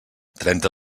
trenta